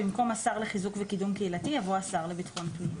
במקום "השר לחיזוק וקידום קהילתי" יבוא "השר לביטחון הפנים".